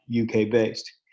UK-based